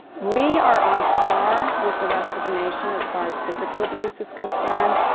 we are on parr with the rest of the nation as far as physical abuse is concerned,